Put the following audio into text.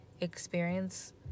experience